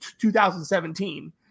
2017